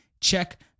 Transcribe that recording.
Check